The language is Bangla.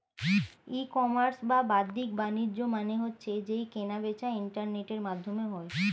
ই কমার্স বা বাদ্দিক বাণিজ্য মানে হচ্ছে যেই কেনা বেচা ইন্টারনেটের মাধ্যমে হয়